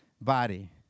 body